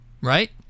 right